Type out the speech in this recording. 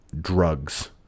drugs